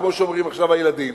כמו שאומרים עכשיו הילדים.